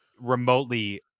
remotely